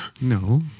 No